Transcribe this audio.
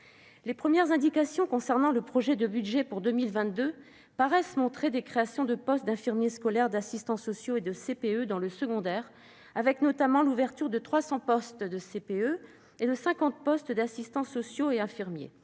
Les premières indications concernant le projet de budget pour 2022 paraissent montrer des créations de postes d'infirmiers scolaires, d'assistants sociaux et de CPE dans l'enseignement secondaire, avec notamment l'ouverture de 300 postes de CPE et de 50 postes d'assistants sociaux et infirmiers.